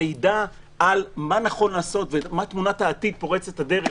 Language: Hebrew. המידע על מה נכון לעשות ומה תמונת העתיד פורצת הדרך